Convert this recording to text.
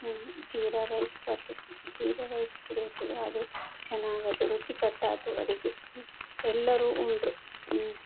ಹ್ಞೂ ಜೀರಾ ರೈಸ್ ಬರ್ತದ್ ಜೀರಾ ರೈಸ್ ಪುಡಿ ಹಾಕಿದ್ರೆ ಅದು ಚೆನ್ನಾಗಾಯ್ತು ರುಚಿಕಟ್ಟಾಯ್ತು ಅಡುಗೆ ಎಲ್ಲರೂ ಉಂಡರು